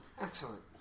Excellent